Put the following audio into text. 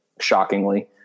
shockingly